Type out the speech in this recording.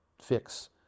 fix